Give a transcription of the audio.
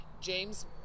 James